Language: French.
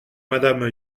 madame